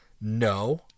No